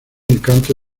encanto